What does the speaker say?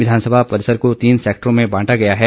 विधानसभा परिसर को तीन सैक्टरों में बांटा गया है